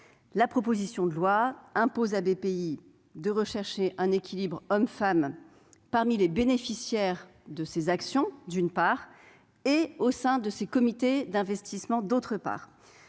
proposition de loi, Bpifrance devra en outre rechercher un équilibre hommes-femmes parmi les bénéficiaires de ses actions, d'une part, et au sein de ses comités d'investissement, d'autre part.